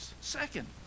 Second